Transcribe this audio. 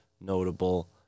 notable